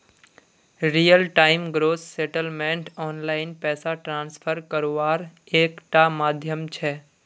real time gross settlement online पैसा transfer कारवार एक टा माध्यम छे